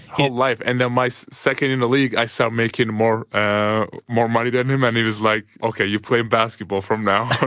whole life. and then my so second in the league i start making more ah more money than him, and he was like, ok, you're playing basketball from now.